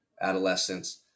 adolescence